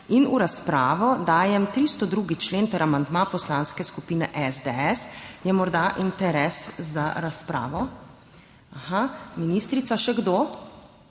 V razpravo dajem 302. člen ter amandma Poslanske skupine SDS. Je morda interes za razpravo? Ministrica, še kdo?